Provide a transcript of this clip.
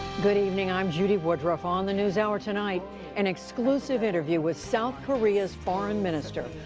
good evening. i'm judy woodruff. on the newshour tonight an exclusive interview with south korea's foreign minister,